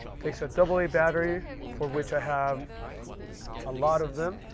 takes a double a battery for which i have a lot of them.